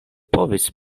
povis